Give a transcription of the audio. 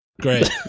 great